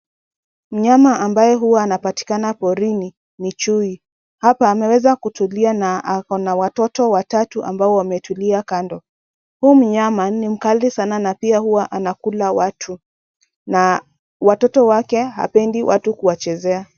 Mnyama ambaye huwa anapatikana porini ni chui, hapa ameweza kutulia na akona watoto watatu ambao wametulia kando. Huu mnyama ni mkali sana na pia huwa anakula watu na watoto wake hapendi watu kuwachezea.